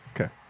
Okay